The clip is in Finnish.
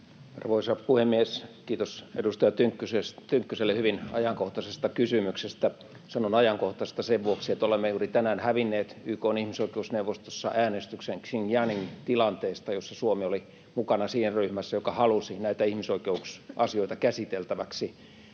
Arvoisa puhemies! Kiitos edustaja Tynkkyselle hyvin ajankohtaisesta kysymyksestä. Sanon ”ajankohtaisesta” sen vuoksi, että olemme juuri tänään hävinneet YK:n ihmisoikeusneuvostossa äänestyksen Xinjiangin tilanteesta. Siinä Suomi oli mukana siinä ryhmässä, joka halusi näitä ihmisoikeusasioita käsiteltäväksi